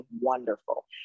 wonderful